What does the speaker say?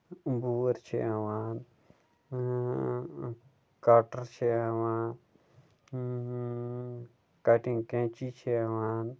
گور چھُ یِوان کٹر چھِ یِوان کَٹِنگ کینٛچی چھِ یِوان